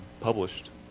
published